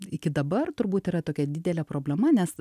iki dabar turbūt yra tokia didelė problema nes